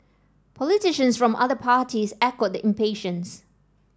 politicians from other parties echoed the impatience